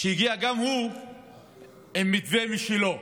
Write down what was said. שהגיע גם הוא עם מתווה משלו.